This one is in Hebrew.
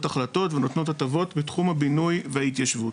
החלטות ונותנות הטבות בתחום הבינוי וההתיישבות.